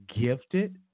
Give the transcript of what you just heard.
Gifted